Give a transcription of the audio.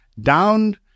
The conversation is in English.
down